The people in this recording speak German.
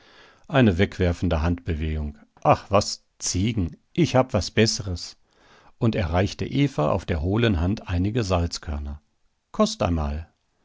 eine wegwerfende handbewegung ach was ziegen ich hab was besseres und er reichte eva auf der hohlen hand einige salzkörner kost einmal